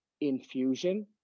infusion